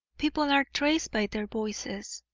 people are traced by their voices.